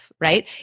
right